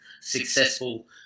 successful